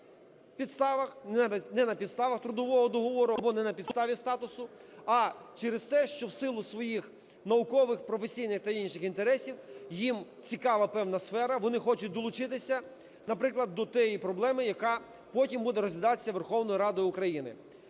не на підставах трудового договору або не на підставі статусу, а через те, що в силу своїх наукових, професійних та інших інтересів їм цікава певна сфера, вони хочуть долучитися, наприклад, до тієї проблеми, яка потім буде розглядатися Верховною Радою України.